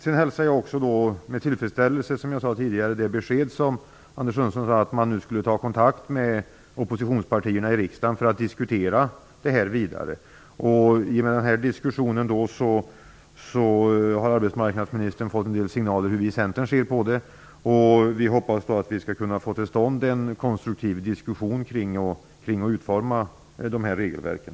Sedan hälsar jag också med tillfredsställelse det besked som Anders Sundström gav om att man nu skall ta kontakt med oppositionspartierna i riksdagen för att diskutera detta vidare. I och med den här diskussionen har arbetsmarknadsministern fått en del signaler om hur vi i Centern ser på detta. Vi hoppas att vi skall kunna få en konstruktiv diskussion kring hur dessa regelverk skall utformas.